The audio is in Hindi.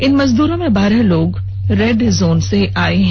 इन मजदूरों में बारह लोग रेड जोन से आये हैं